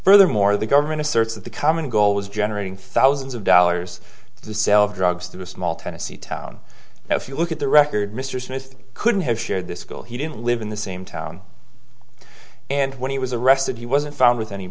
furthermore the government asserts that the common goal was generating thousands of dollars to sell drugs through a small tennessee town now if you look at the record mr smith couldn't have shared the school he didn't live in the same town and when he was arrested he wasn't found with any